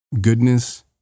goodness